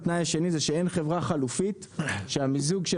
התנאי השני זה שאין חברה חלופית שהמיזוג של